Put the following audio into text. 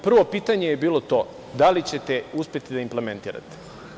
Prvo pitanje je bilo to - da li ćete uspeti da implementirate?